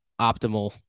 optimal